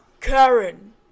Karen